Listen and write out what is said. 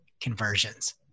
conversions